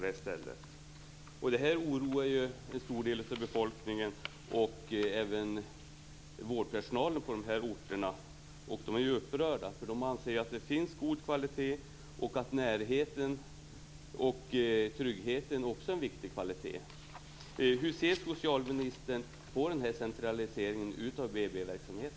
Detta oroar en stor del av befolkningen och vårdpersonalen på dessa orter. De är upprörda. De anser att kvaliteten är god och att också närheten och tryggheten är en viktig kvalitet.